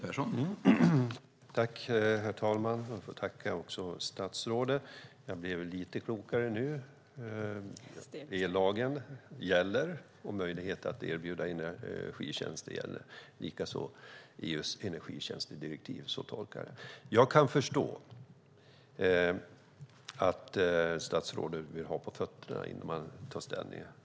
Herr talman! Jag tackar statsrådet. Jag blev lite klokare nu. Lagen gäller. Möjligheter att erbjuda energitjänster gäller och likaså EU:s energitjänstedirektiv. Så tolkar jag det. Jag kan förstå att statsrådet vill ha på fötterna innan man tar ställning.